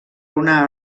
una